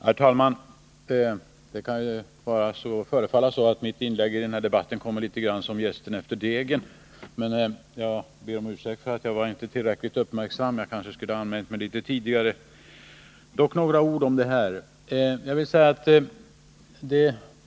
Herr talman! Det kan förefalla som om mitt inlägg i debatten kommer som jästen efter degen. Men jag får be om ursäkt för att jag inte var tillräckligt uppmärksam — jag skulle ha anmält mig tidigare. Jag vill dock säga några ord i denna fråga.